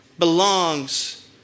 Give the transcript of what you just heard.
belongs